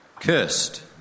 Cursed